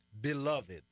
Beloved